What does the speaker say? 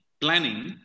planning